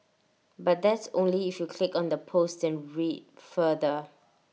but that's only if you click on the post and read further